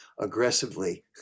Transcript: aggressively